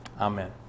Amen